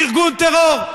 ארגון טרור.